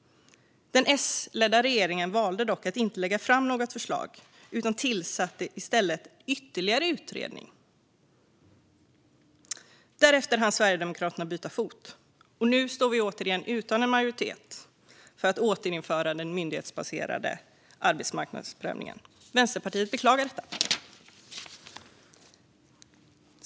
Den S-ledda regeringen valde dock att inte lägga fram något förslag utan tillsatte i stället ytterligare en utredning. Därefter hann Sverigedemokraterna byta fot, och nu står vi återigen utan en majoritet för att återinföra den myndighetsbaserade arbetsmarknadsprövningen. Vänsterpartiet beklagar detta.